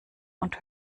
und